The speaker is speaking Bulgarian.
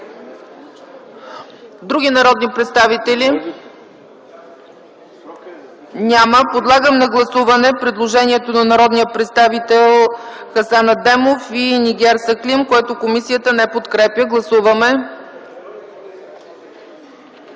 други народни представители? Няма. Подлагам на гласуване предложението на народните представители Хасан Адемов и Нигяр Сехлим, което комисията не подкрепя. Моля, гласувайте.